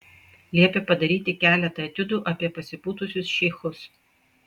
liepė padaryti keletą etiudų apie pasipūtusius šeichus